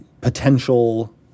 potential